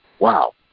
Wow